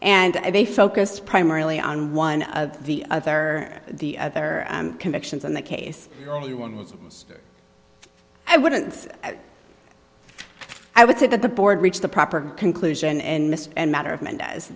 and they focus primarily on one of the other the other convictions in that case i wouldn't i would say that the board reached the proper conclusion and mr and matter of m